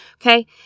Okay